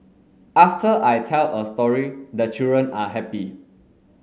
after I tell a story the children are happy